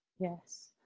yes